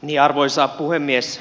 arvoisa puhemies